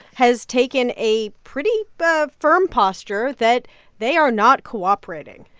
has taken a pretty but firm posture that they are not cooperating.